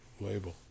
label